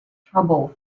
trouble